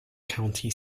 county